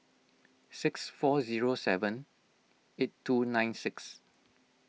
six four zero seven eight two nine six